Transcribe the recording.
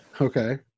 Okay